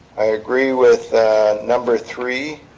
i agree with number three